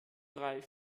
drei